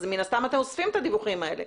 אז מן הסתם אתם אוספים את הדיווחים האלה.